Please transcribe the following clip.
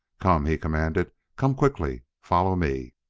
come! he commanded. come quickly follow me!